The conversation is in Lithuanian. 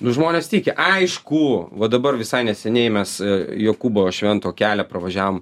nu žmonės tiki aišku va dabar visai neseniai mes jokūbo švento kelią pravažiavom